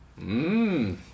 Mmm